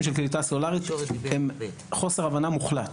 של קליטה סלולרית הם חוסר הבנה מוחלט.